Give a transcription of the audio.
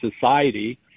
society